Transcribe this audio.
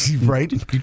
right